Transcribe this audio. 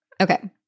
Okay